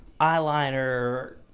eyeliner